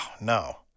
no